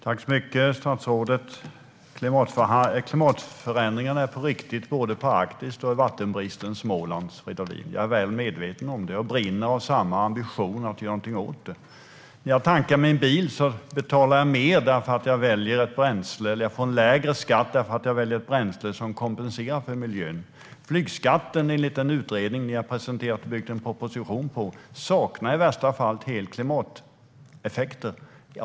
Herr talman! Tack så mycket, statsrådet! Klimatförändringarna är på riktigt både i Arktis och i vattenbristens Småland, Fridolin. Jag är väl medveten om det och brinner av samma ambition att göra någonting åt det. När jag tankar min bil får jag betala en lägre skatt, därför att jag väljer ett bränsle som kompenserar för miljön. Flygskatten saknar, enligt den utredning som ni har presenterat och byggt en proposition på, i värsta fall helt klimateffekter.